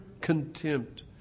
contempt